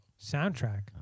Soundtrack